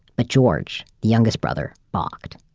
but george, the youngest brother, balked.